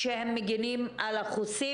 קיבלנו את ההנחיות ממשרדי הרווחה,